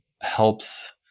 helps